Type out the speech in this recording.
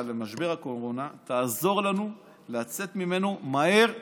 למשבר הקורונה תעזור לנו לצאת ממנו מהר יחסית.